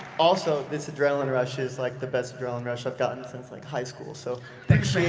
also, this adrenaline rush is like the best adrenaline rush i've gotten since like high-school, so thanks,